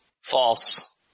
False